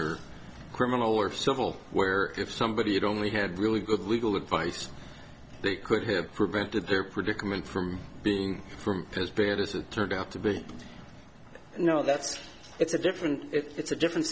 or criminal or civil where if somebody had only had really good legal advice they could have prevented their predicament from being from as bad as it turned out to be you know that's it's a different it's a different